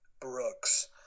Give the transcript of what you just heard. Brooks